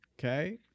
Okay